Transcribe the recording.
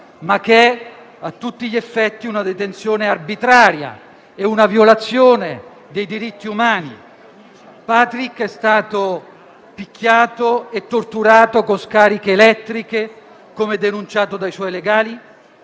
ma che è a tutti gli effetti una detenzione arbitraria e una violazione dei diritti umani. Patrick è stato picchiato e torturato con scariche elettriche, come denunciato dai suoi legali.